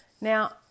Now